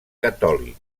catòlic